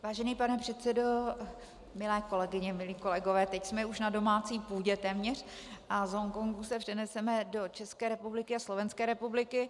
Vážený pane předsedo, milé kolegyně, milí kolegové, teď jsme už na domácí půdě téměř a z Hongkongu se přeneseme do České republiky a Slovenské republiky.